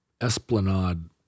esplanade